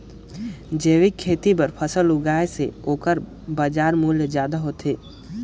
जैविक खेती बर फसल उगाए से ओकर बाजार मूल्य ज्यादा होथे